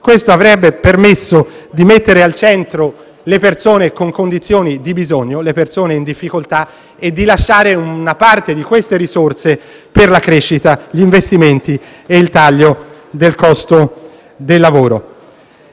Questo avrebbe permesso di mettere al centro le persone con condizioni di bisogno e in difficoltà e di lasciare una parte delle risorse per la crescita, gli investimenti e il taglio del costo del lavoro.